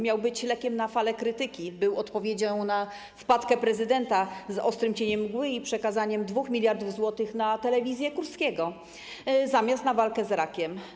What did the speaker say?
Miał być lekiem na fale krytyki, był odpowiedzią na wpadkę prezydenta z ostrym cieniem mgły i przekazaniem 2 mld zł na telewizję Kurskiego zamiast na walkę z rakiem.